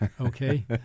Okay